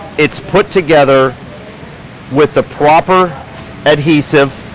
it's put together with the proper adhesive,